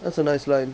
that's a nice line